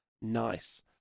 Nice